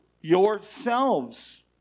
Yourselves